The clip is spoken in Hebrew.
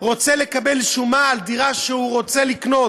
אם אפשר, אני רוצה לאפשר לו עוד, אדרבה.